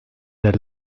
der